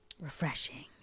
Refreshing